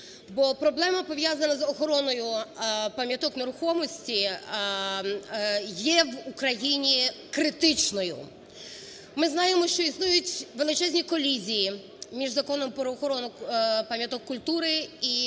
Бо проблема, пов'язана з охороною пам'яток нерухомості, є в Україні критичною. Ми знаємо, що існують величезні колізії між Законом про охорону пам'яток культури і